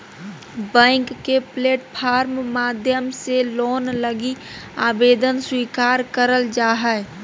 bank के platform माध्यम से लोन लगी आवेदन स्वीकार करल जा हय